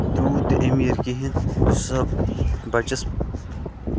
تیوٗت تہِ اَمیٖر کِہینۍ یُس ہسا بَچَس